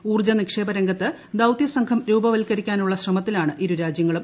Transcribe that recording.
ഊർജ നിക്ഷേപ രംഗത്ത് ദൌതൃ സംഘം രൂപവൽക്കരിക്കാനുള്ള ശ്രമത്തിലാണ് ഇരു രാജ്യങ്ങളും